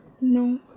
No